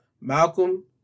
Malcolm